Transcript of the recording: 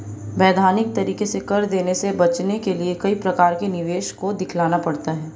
वैधानिक तरीके से कर देने से बचने के लिए कई प्रकार के निवेश को दिखलाना पड़ता है